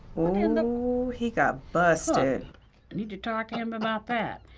ooh, he got busted. i need to talk to him about that.